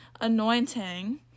anointing